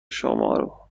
شمارو